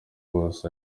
wose